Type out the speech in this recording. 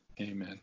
Amen